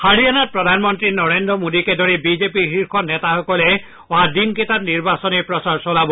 হাৰিয়ানাত প্ৰধানমন্ত্ৰী নৰেন্দ্ৰ মোডীকে ধৰি বিজেপিৰ শীৰ্ষ নেতাসকলে অহা দিনকেইটাত নিৰ্বাচনী প্ৰচাৰ চলাব